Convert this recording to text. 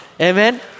Amen